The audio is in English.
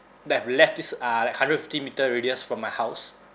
that I've left this uh like hundred fifty metre radius from my house